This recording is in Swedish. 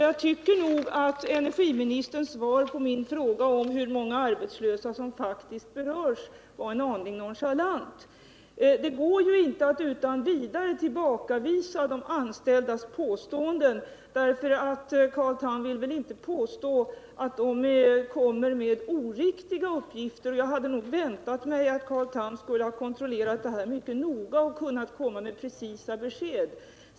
Jag tycker att energiministerns svar på min fråga om hur många arbetslösa som faktiskt berörs var en aning nonchalant. Det går inte att utan vidare tillbakavisa de anställdas påståenden. Carl Tham vill väl inte göra gällande att de anställda kommer med oriktiga uppgifter. Jag hade väntat mig att Carl Tham skulle ha kontrollerat det här mycket noga och kunnat komma med precisa besked.